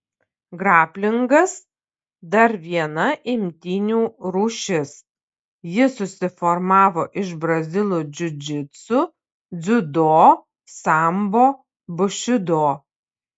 graplingas dar viena imtynių rūšis ji susiformavo iš brazilų džiudžitsu dziudo sambo bušido